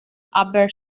aber